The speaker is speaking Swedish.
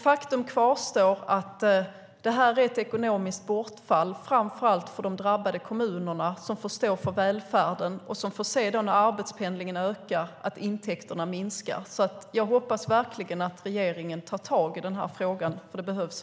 Faktum kvarstår: Detta är ett ekonomiskt bortfall, framför allt för de drabbade kommunerna som får stå för välfärden och som får se intäkterna minska när arbetspendlingen ökar. Jag hoppas verkligen att regeringen tar tag i frågan, för det behövs.